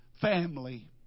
family